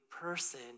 person